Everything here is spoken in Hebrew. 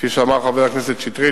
כפי שאמר חבר הכנסת שטרית,